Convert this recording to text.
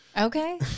Okay